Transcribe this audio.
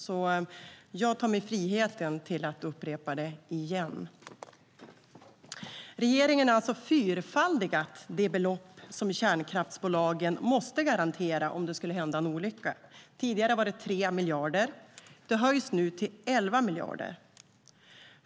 Så jag tar mig friheten att upprepa det igen. Regeringen har alltså fyrfaldigat det belopp som kärnkraftsbolagen måste garantera om det skulle hända en olycka. Tidigare var det 3 miljarder. Det höjs nu till 11 miljarder.